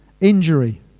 Injury